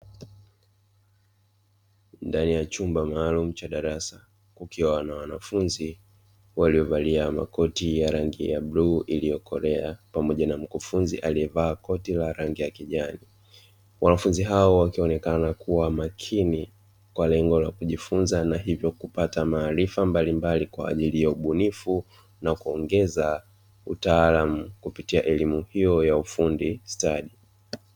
Ndani ya chumba maalum cha darasa kukiwa na wanafunzi waliovalia makoti ya rangi ya bluu iliyokolea pamoja na mkufunzi aliyevaa koti la rangi ya kijani, wanafunzi hao wakionekana kuwa makini kwa lengo la kujifunza na hivyo kupata maarifa mbalimbali kwa ajili ya ubunifu na kuongeza utaalam kupitia elimu hiyo ya ufundi stadi.